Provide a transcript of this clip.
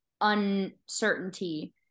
uncertainty